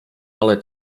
ale